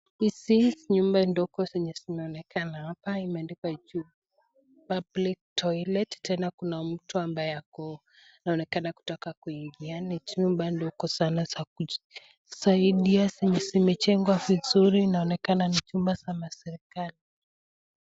Hizi ni nyumba ndogo zenye zinaonekana hapa. Imeandikwa juu public toilet. Tena kuna mtu ambaye ako anaonekana kutaka kuingia ndani. Hii nyumba ndogo sana za kujisaidia zenye zimejengwa vizuri, inaonekana ni nyumba za maserikali.